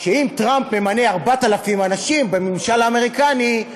אם טראמפ ממנה 4,000 אנשים בממשל האמריקני,